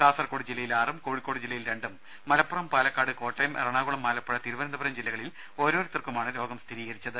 കാസർകോട് ജില്ലയിൽ ആറും കോഴിക്കോട് ജില്ലയിൽ രണ്ടും മലപ്പുറം പാലക്കാട് കോട്ടയം എറണാകുളം ആലപ്പുഴ തിരുവനന്തപുരം ജില്ലകളിൽ ഓരോരുത്തർക്കുമാണ് രോഗം സ്ഥിരീകരിച്ചത്